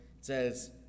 says